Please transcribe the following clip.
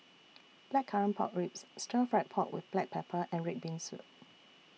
Blackcurrant Pork Ribs Stir Fried Pork with Black Pepper and Red Bean Soup